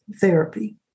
therapy